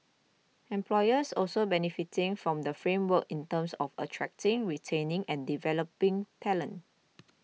employers also benefiting from the framework in terms of attracting retaining and developing talent